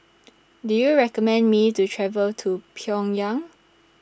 Do YOU recommend Me to travel to Pyongyang